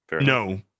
No